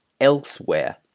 elsewhere